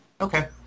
Okay